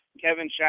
Kevin